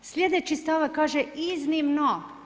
Sljedeći stavak kaže, iznimno.